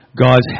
God's